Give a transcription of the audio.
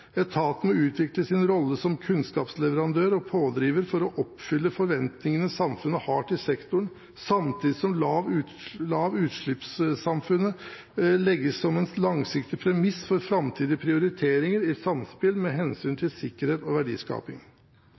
Etatene må utvikle sin rolle som kunnskapsleverandør og pådriver for å oppfylle forventningene samfunnet har til sektoren, samtidig som lavutslippssamfunnet legges som en langsiktig premiss for framtidige prioriteringer i samspill med hensynet til sikkerhet og verdiskaping.»